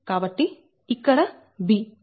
కాబట్టి ఇక్కడ b